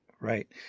Right